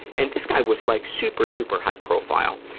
and this guy was like super, super high profile.